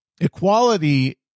equality